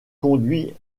conduits